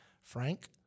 Frank